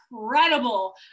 incredible